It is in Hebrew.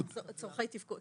צורכי תפקוד.